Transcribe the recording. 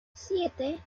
siete